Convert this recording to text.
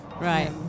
Right